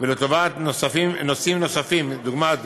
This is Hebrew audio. ולטובת נושאים נוספים, דוגמת